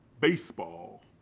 baseball